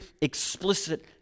explicit